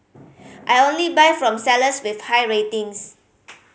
I only buy from sellers with high ratings